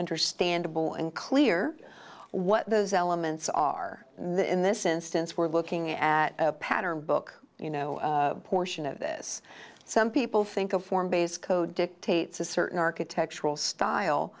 understandable and clear what those elements are in this instance we're looking at a pattern book you know portion of this some people think a form based code dictates a certain architectural style